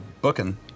booking